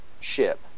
ship